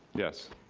yes.